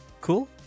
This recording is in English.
cool